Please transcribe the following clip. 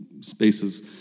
spaces